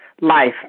life